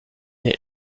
ait